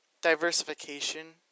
diversification